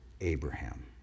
Abraham